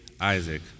Isaac